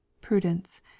Prudence